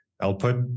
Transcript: output